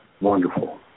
wonderful